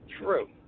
True